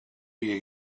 you